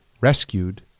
rescued